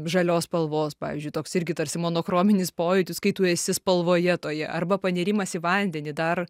žalios spalvos pavyzdžiui toks irgi tarsi monochrominis pojūtis kai tu esi spalvoje toje arba panirimas į vandenį dar